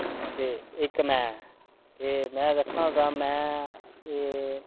ते इक मै ते मै दस्सा ता ते मै ऐ